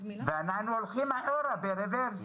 ואנחנו הולכים אחורה ברברס.